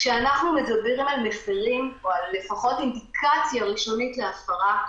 כשאנחנו מדברים על מפרים או לפחות על אינדיקציה ראשונה להפרה,